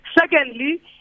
Secondly